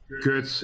good